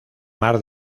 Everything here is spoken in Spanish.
mar